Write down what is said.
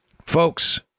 Folks